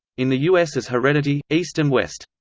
in the us as heredity, east and west.